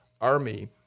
Army